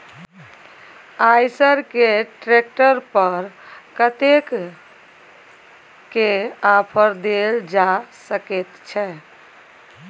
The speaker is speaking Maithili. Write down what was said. आयसर के ट्रैक्टर पर कतेक के ऑफर देल जा सकेत छै?